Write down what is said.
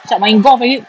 macam main golf